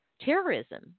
terrorism